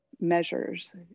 measures